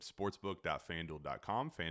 sportsbook.fanduel.com